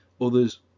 Others